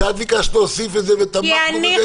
שאת ביקשת להוסיף את זה ותמכנו בזה,